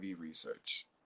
research